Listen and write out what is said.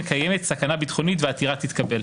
שקיימת סכנה ביטחונית והעתירה תתקבל.